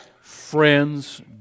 friends